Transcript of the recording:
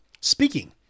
Speaking